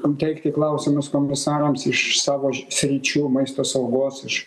kam teikti klausimus komisarams iš savo sričių maisto saugos iš